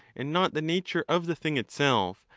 and not the nature of the thing itself,